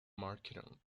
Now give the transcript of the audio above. marketed